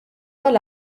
għal